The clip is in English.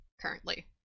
Currently